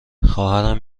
خواهرم